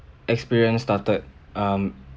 experience started um